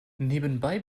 nebenbei